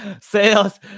sales